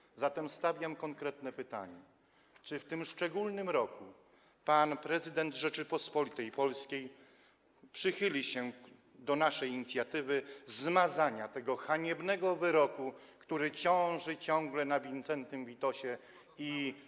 Stawiam zatem konkretne pytanie: Czy w tym szczególnym roku pan prezydent Rzeczypospolitej Polskiej przychyli się do naszej inicjatywy zmazania tego haniebnego wyroku, który ciągle ciąży na Wincentym Witosie i.